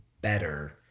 better